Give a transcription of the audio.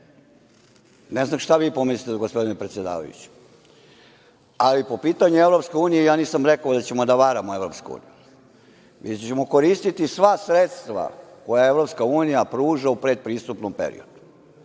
Ne znam šta vi pomislite gospodine predsedavajući? Ali, po pitanju EU, ja nisam rekao da ćemo da varamo EU, već ćemo koristiti sva sredstva koja EU pruža u predpristupnom periodu